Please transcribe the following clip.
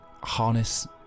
harness